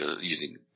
using